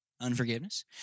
Unforgiveness